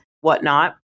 whatnot